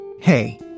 Hey